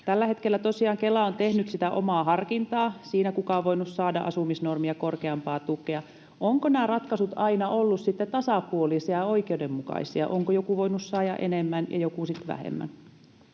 Tällä hetkellä tosiaan Kela on tehnyt sitä omaa harkintaa siinä, kuka on voinut saada asumisnormia korkeampaa tukea. Ovatko nämä ratkaisut aina olleet sitten tasapuolisia ja oikeudenmukaisia? Onko joku voinut saada enemmän ja joku sitten vähemmän?